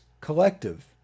collective